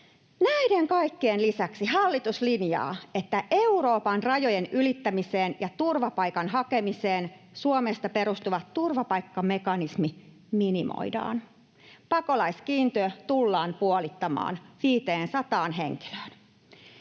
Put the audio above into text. Näiden kaikkien lisäksi hallitus linjaa, että Euroopan rajojen ylittämiseen ja turvapaikan hakemiseen Suomesta perustuva turvapaikkamekanismi minimoidaan. Pakolaiskiintiö tullaan puolittamaan 500 henkilöön.